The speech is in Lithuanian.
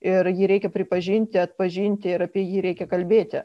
ir jį reikia pripažinti atpažinti ir apie jį reikia kalbėti